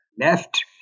left